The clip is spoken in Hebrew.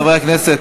חברי חברי הכנסת,